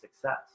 success